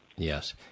Yes